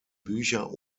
bücher